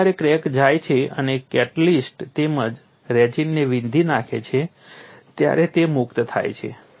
તેથી જ્યારે ક્રેક જાય છે અને કેટલિસ્ટ તેમજ રેઝિનને વીંધી નાખે છે ત્યારે તે મુક્ત થાય છે